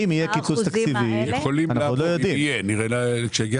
עוד לא יודעים.